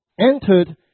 entered